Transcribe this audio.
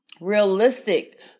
realistic